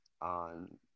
on